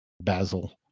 Basil